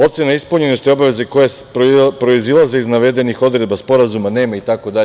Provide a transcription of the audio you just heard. Ocena ispunjenosti obaveze koje proizilaze iz navedenih odredbi sporazuma – nema, itd.